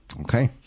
Okay